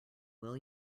will